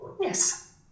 Yes